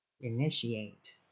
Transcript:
Initiate